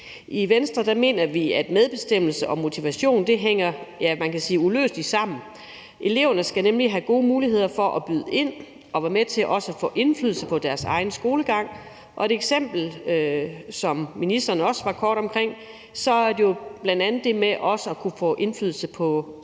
I Venstre mener vi, at medbestemmelse og motivation hænger uløseligt sammen. Eleverne skal nemlig have gode muligheder for at byde ind og være med til at få indflydelse på deres egen skolegang. Som ministeren også var kort inde omkring, er det jo bl. a. også at kunne få indflydelse på valgfagene.